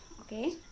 okay